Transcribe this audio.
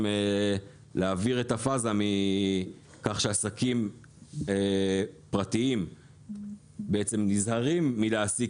להעביר את הפאזה מכך שעסקים פרטיים בעצם נזהרים מלהעסיק